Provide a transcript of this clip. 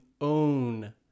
own